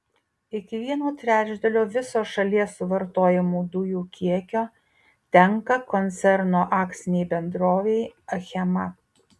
iki vieno trečdalio viso šalies suvartojamų dujų kiekio tenka koncerno akcinei bendrovei achema